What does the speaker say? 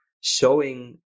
showing